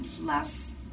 less